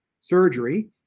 surgery